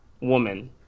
woman